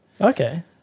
Okay